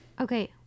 Okay